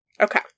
Okay